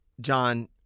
John